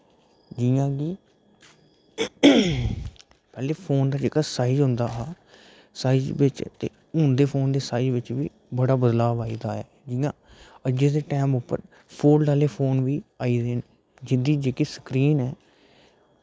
जियां कि पैह्लें फोन दा जेह्का साईज़ होंदा हा साईज़ दे बिच हून दे फोन दे साईज़ बिच बड़ा बदलाव आई दा ऐ जियां अज्जै दे टैम उप्पर फोल्ड आह्ले फोन बी आई गेदे न जिंदी जेह्की स्क्रीन ऐ